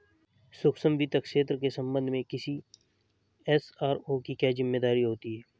सूक्ष्म वित्त क्षेत्र के संबंध में किसी एस.आर.ओ की क्या जिम्मेदारी होती है?